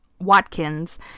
Watkins